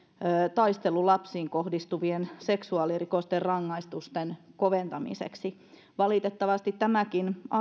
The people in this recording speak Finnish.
taistelun lapsiin kohdistuvien seksuaalirikosten rangaistusten koventamiseksi valitettavasti tämäkin